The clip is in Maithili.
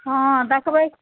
हँ देखबै